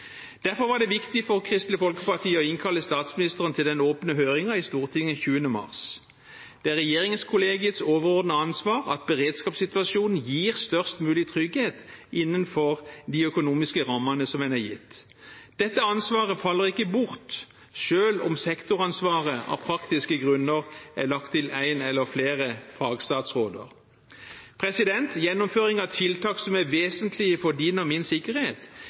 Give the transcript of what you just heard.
Derfor var det viktig for Kristelig Folkeparti å innkalle statsministeren til den åpne høringen i Stortinget 20. mars. Det er regjeringskollegiets overordnede ansvar at beredskapssituasjonen gir størst mulig trygghet innenfor de økonomiske rammene som en er gitt. Dette ansvaret faller ikke bort selv om sektoransvaret av praktiske grunner er lagt til én eller flere fagstatsråder. Gjennomføring av tiltak som er vesentlige for din og min sikkerhet,